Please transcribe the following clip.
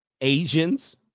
Asians